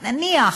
אבל נניח.